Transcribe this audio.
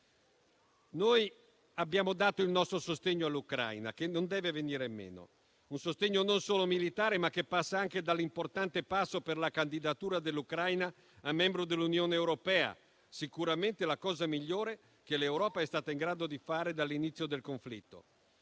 Noi abbiamo dato il nostro sostegno all'Ucraina, che non deve venire meno, un sostegno non solo militare, ma che passa anche dall'importante passo per la candidatura dell'Ucraina a membro dell'Unione europea, sicuramente la cosa migliore che l'Europa è stata in grado di fare dall'inizio del conflitto.